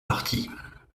parties